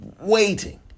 waiting